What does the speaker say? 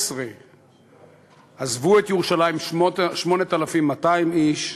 ב-2013 עזבו את ירושלים 8,200 איש,